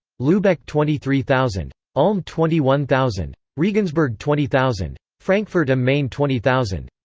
lubeck twenty three thousand. ulm twenty one thousand. regensburg twenty thousand. frankfurt am main twenty thousand.